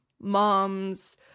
moms